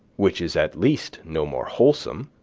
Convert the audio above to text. which is at least no more wholesome,